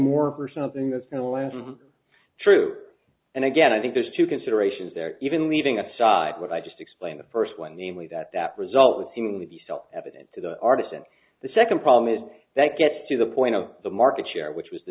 more for something that's going to last through and again i think there's two considerations there even leaving aside what i just explained the first one namely that that result would seem to be self evident to the artist and the second problem is that gets to the point of the market share which was the